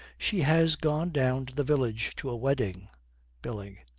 she has gone down to the village to a wedding billy.